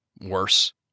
Worse